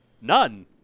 None